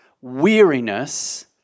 weariness